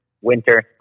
winter